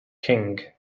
king